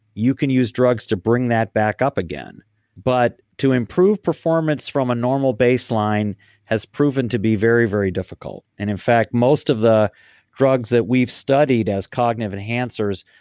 you can use drugs to bring that back up again but to improve performance from a normal baseline has proven to be very, very difficult and in fact, most of the drugs that we've studied as cognitive enhancers,